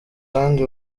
kandi